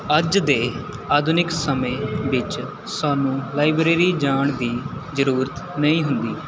ਅੱਜ ਦੇ ਆਧੁਨਿਕ ਸਮੇਂ ਵਿੱਚ ਸਾਨੂੰ ਲਾਇਬ੍ਰੇਰੀ ਜਾਣ ਦੀ ਜ਼ਰੂਰਤ ਨਹੀਂ ਹੁੰਦੀ